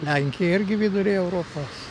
lenkija irgi vidurio europos